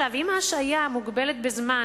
אם ההשעיה מוגבלת בזמן,